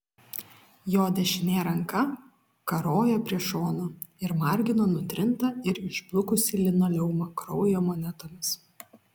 jo dešinė ranka karojo prie šono ir margino nutrintą ir išblukusį linoleumą kraujo monetomis